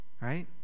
right